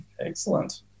Excellent